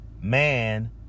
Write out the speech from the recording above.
Man